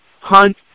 hunt